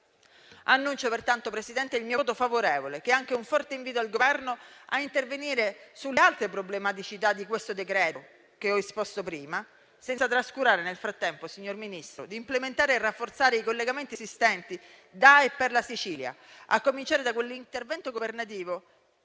Presidente, il mio voto favorevole, che è anche un forte invito al Governo a intervenire sulle altre problematicità di questo decreto-legge che prima ho esposto, senza trascurare nel frattempo, signor Ministro, di implementare e rafforzare i collegamenti esistenti da e per la Sicilia, a cominciare da quell'intervento governativo